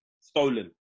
Stolen